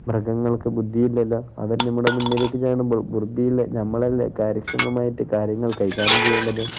മൃഗങ്ങൾക്കു ബുദ്ധിയില്ലല്ലോ അവര് നമ്മുടെ മുന്നിലേക്കു ചാടുമ്പോള് ബുദ്ധിയുള്ള നമ്മളല്ലേ കാര്യക്ഷമമായിട്ടു കാര്യങ്ങൾ കൈകാര്യം ചെയ്യേണ്ടത്